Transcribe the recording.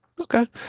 okay